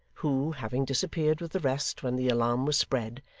who, having disappeared with the rest when the alarm was spread,